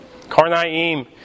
Karnaim